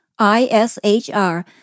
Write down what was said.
ISHR